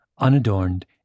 unadorned